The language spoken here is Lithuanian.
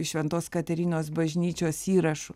iš šventos katerinos bažnyčios įrašų